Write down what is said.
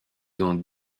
dans